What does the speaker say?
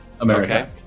America